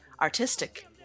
Artistic